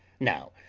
now,